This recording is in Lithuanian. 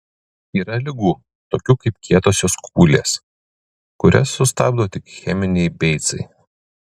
yra ligų tokių kaip kietosios kūlės kurias sustabdo tik cheminiai beicai